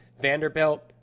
Vanderbilt